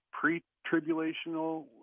pre-tribulational